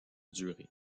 durée